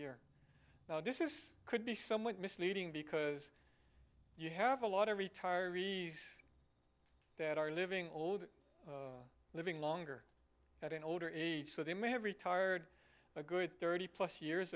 year now this is could be somewhat misleading because you have a lot of retirees that are living old living longer at an older age so they may have retired a good thirty plus years